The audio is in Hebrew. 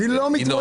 היא לא מתמודדת.